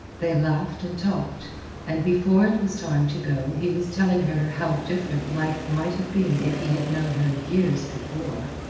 they laughed and talked and before it was time to go he was telling her how different life might have been if he had known her years before.